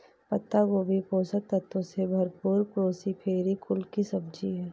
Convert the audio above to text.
पत्ता गोभी पोषक तत्वों से भरपूर क्रूसीफेरी कुल की सब्जी है